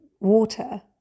Water